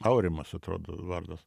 aurimas atrodo vardas